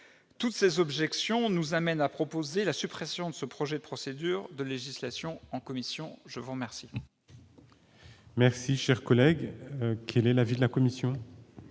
toutes ces objections, nous amène à proposer la suppression de ce projet, procédures de législation en commission, je vous remercie.